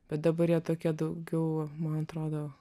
bet dabar jie tokie daugiau man atrodo